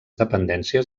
dependències